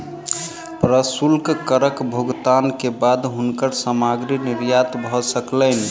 प्रशुल्क करक भुगतान के बाद हुनकर सामग्री निर्यात भ सकलैन